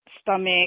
stomach